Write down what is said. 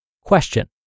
Question